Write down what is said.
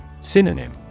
Synonym